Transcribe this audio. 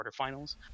quarterfinals